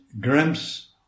grams